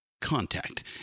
Contact